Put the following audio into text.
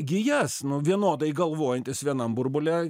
gijas nu vienodai galvojantys vienam burbule